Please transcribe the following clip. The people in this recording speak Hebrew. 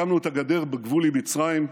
הקמנו את הגדר בגבול עם מצרים,